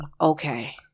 okay